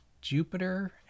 Jupiter